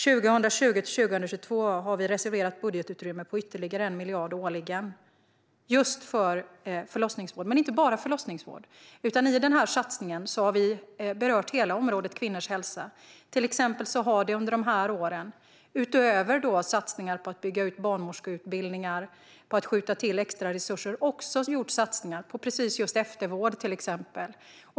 År 2020-2022 har vi reserverat ett budgetutrymme på ytterligare 1 miljard årligen just för förlossningsvård. Men det är inte bara för förlossningsvård, utan i vår satsning har vi berört hela området kvinnors hälsa. Till exempel har det under de här åren, utöver satsningar på att bygga ut barnmorskeutbildningar och skjuta till extra resurser, gjorts satsningar på just eftervård.